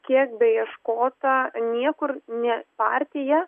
kiek beieškota niekur nė partija